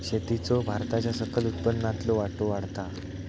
शेतीचो भारताच्या सकल उत्पन्नातलो वाटो वाढता हा